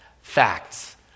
facts